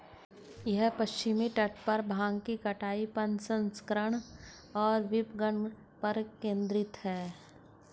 यह पश्चिमी तट पर भांग की कटाई, प्रसंस्करण और विपणन पर केंद्रित है